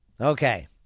Okay